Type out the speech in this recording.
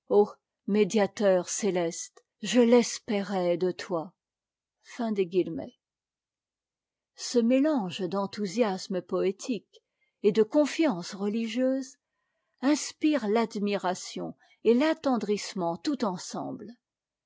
médiateur a eéieste je l'espérais de toi ce mélange d'enthousiasme poétique et de confiance religieuse inspire l'admiration et l'attendrissement tout ensemble